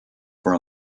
for